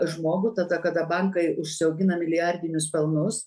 žmogų tada kada bankai užsiaugina milijardinius pelnus